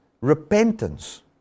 repentance